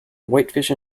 whitefish